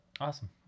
Awesome